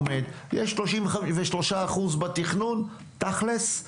33% בתכנון תכלס,